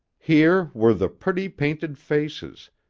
here were the pretty painted faces,